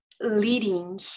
leading